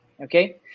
okay